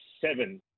seven